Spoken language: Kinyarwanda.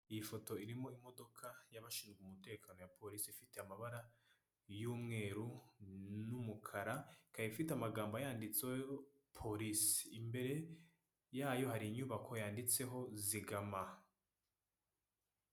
Iyi foto irimo imodoka y'abashinzwe umutekano ya polise ifite amabara y'umweru n'umukara ikaba ifite amagambo yanditseho polisi. Imbere yayo hari inyubako yanditseho zigama.